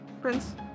Prince